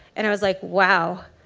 and i was like, wow,